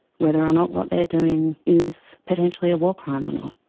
whether or not what they are doing is potentially a war crime or not.